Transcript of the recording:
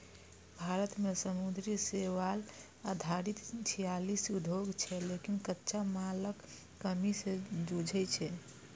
भारत मे समुद्री शैवाल आधारित छियालीस उद्योग छै, लेकिन कच्चा मालक कमी सं जूझै छै